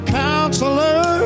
counselor